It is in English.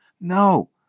No